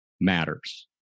matters